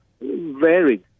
varied